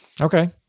Okay